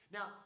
Now